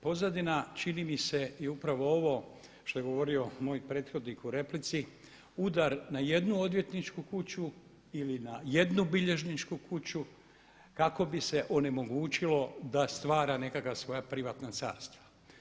Pozadina čini mi se je upravo ovo što je govorio moj prethodnik u replici udar na jednu odvjetničku kuću ili na jednu bilježničku kuću kako bi se onemogućilo da stvara nekakva svoja privatna carstva.